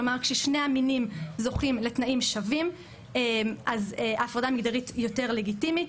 כלומר ששני המינים זוכים לתנאים שווים אז ההפרדה המגדרית יותר לגיטימית.